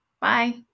Bye